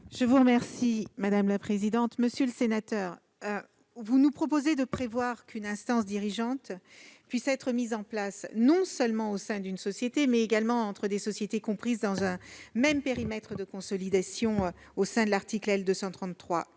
du Gouvernement ? Monsieur le sénateur, vous nous proposez de prévoir qu'une instance dirigeante puisse être mise en place non seulement au sein d'une société, mais également entre des sociétés comprises dans un même périmètre de consolidation au sens de l'article L.